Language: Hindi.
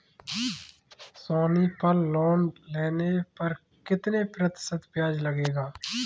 सोनी पल लोन लेने पर कितने प्रतिशत ब्याज लगेगा?